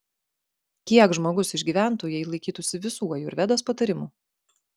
kiek žmogus išgyventų jei laikytųsi visų ajurvedos patarimų